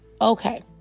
Okay